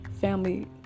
family